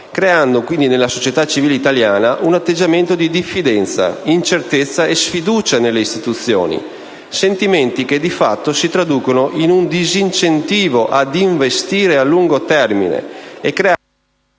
creando quindi nella società civile italiana un atteggiamento di diffidenza, incertezza e sfiducia nelle istituzioni: sentimenti che, di fatto, si traducono in un disincentivo ad investire a lungo termine creando